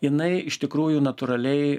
jinai iš tikrųjų natūraliai